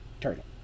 turtle